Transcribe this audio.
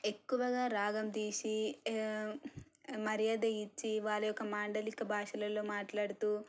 ఎక్కువగా రాగం తీసి మర్యాద ఇచ్చి వాళ్ళ యొక్క మాండలిక భాషలలో మాట్లాడుతూ